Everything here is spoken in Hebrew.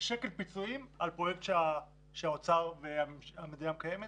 פיצויים על פרויקט שהאוצר והמדינה מקיימת.